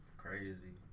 crazy